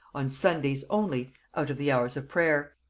on sundays only out of the hours of prayer.